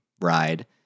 ride